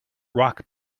rock